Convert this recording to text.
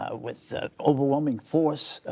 ah with overwhelming force,